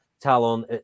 Talon